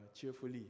cheerfully